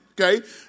Okay